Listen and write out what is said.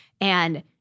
And-